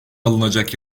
alınacak